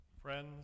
Friends